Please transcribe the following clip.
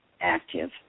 active